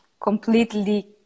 completely